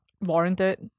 warranted